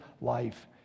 life